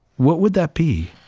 what would that be?